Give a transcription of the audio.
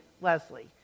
Leslie